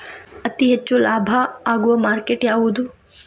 ಅತಿ ಹೆಚ್ಚು ಲಾಭ ಆಗುವ ಮಾರ್ಕೆಟ್ ಯಾವುದು?